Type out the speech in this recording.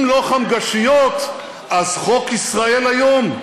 אם לא חמגשיות אז חוק ישראל היום.